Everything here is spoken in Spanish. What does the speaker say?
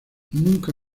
nunca